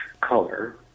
color